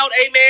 amen